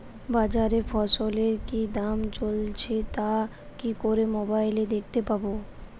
বাজারে ফসলের কি দাম চলছে তা কি করে মোবাইলে দেখতে পাবো?